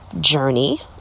journey